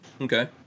okay